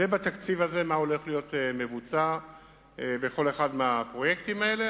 ובתקציב הזה מה הולך להיות מבוצע בכל אחד מהפרויקטים האלה.